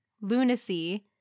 lunacy